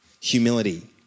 Humility